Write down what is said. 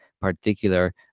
particular